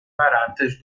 baratas